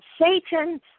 Satan